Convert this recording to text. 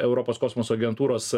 europos kosmoso agentūros